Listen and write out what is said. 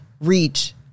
reach